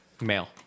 male